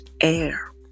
air